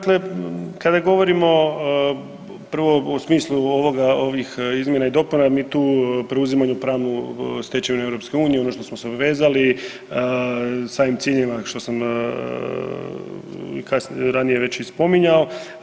Kada govorimo prvo u smislu ovih izmjena i dopuna mi tu preuzimamo pravnu stečevinu EU ono što smo se obvezali samim ciljevima što sam ranije već i spominjao.